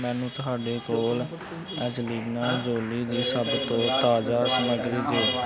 ਮੈਨੂੰ ਤੁਹਾਡੇ ਕੋਲ ਐਂਜਲੀਨਾ ਜੋਲੀ ਦੀ ਸਭ ਤੋਂ ਤਾਜ਼ਾ ਸਮੱਗਰੀ ਦਿਓ